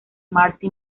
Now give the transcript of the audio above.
marty